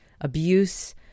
abuse